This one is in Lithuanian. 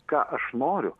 ką aš noriu